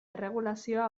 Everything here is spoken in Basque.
erregulazioa